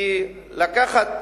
כי לקחת